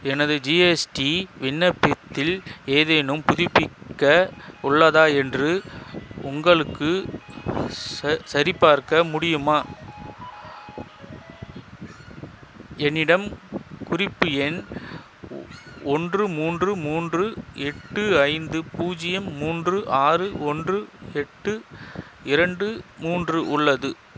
எனது ஜிஎஸ்டி விண்ணப்பத்தில் ஏதேனும் புதுப்பிக்க உள்ளதா என்று உங்களுக்கு ச சரிபார்க்க முடியுமா என்னிடம் குறிப்பு எண் ஒன்று மூன்று மூன்று எட்டு ஐந்து பூஜ்ஜியம் மூன்று ஆறு ஒன்று எட்டு இரண்டு மூன்று உள்ளது